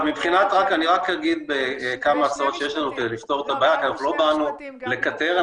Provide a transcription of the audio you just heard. אני רק אגיד כמה הצעות שיש לנו כדי לפתור את הבעיה כי לא באנו לקטר,